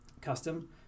custom